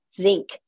zinc